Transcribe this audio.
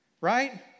right